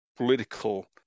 political